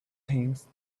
things